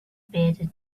bearded